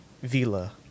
Vila